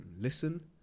listen